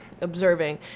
observing